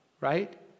right